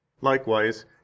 Likewise